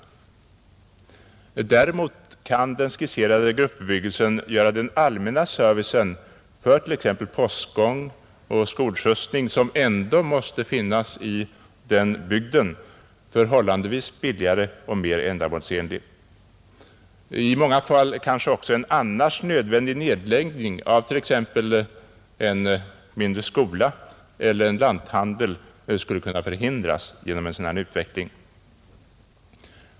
Däremot kan den skisserade gruppbebyggelsen göra den allmänna servicen för t.ex. postgång och skolskjutsar, som ändå måste finnas i den bygden, förhållandevis billigare och mer ändamålsenlig. I många fall kanske också en annars nödvändig nedläggning av t.ex. en mindre skola eller en lanthandel skulle kunna förhindras genom en sådan utveckling.